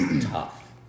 tough